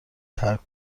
ترک